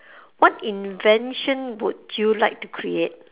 what invention would you like to create